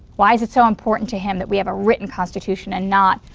why is it so important to him that we have a written constitution and not,